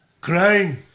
crying